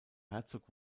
herzog